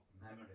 memory